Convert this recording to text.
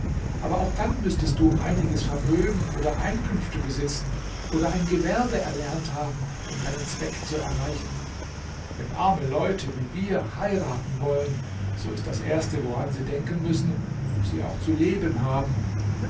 aber auch dann müßtest du einiges vermögen oder einkünfte besitzen oder ein gewerbe erlernt haben um deinen zweck zu erreichen wenn arme leute wie wir heiraten wollen so ist das erste woran sie denken müssen ob sie auch zu leben haben